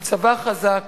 עם צבא חזק,